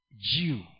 Jew